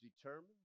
determined